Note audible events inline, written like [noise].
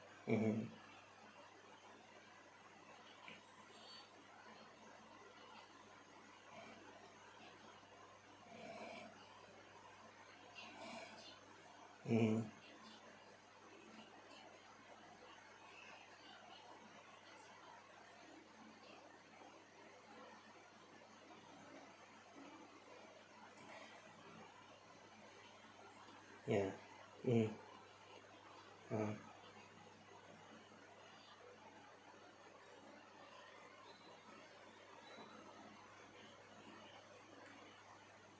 mmhmm [breath] mmhmm ya mm ah